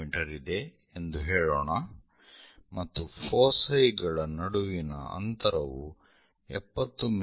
me ಇದೆ ಎಂದು ಹೇಳೋಣ ಮತ್ತು ಫೋಸೈ ಗಳ ನಡುವಿನ ಅಂತರವು 70 ಮಿ